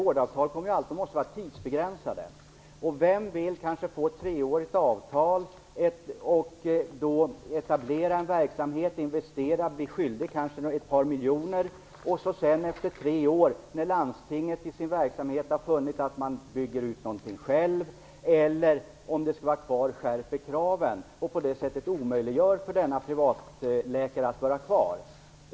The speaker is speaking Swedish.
Vårdavtalet måste alltid vara tidsbegränsat. Vem vill kanske få ett treårigt avtal och etablera en verksamhet, investera och kanske få skulder på ett par miljoner för att sedan efter tre år upptäcka - när landstinget i sin verksamhet har funnit att man skall bygga ut något själv eller skärper kraven - att det är omöjligt för en privatläkare att vara kvar.